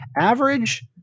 Average